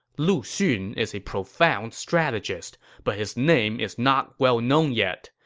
lu xun is a profound strategist, but his name is not well-known yet,